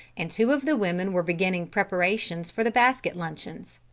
and two of the women were beginning preparations for the basket luncheons.